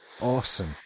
Awesome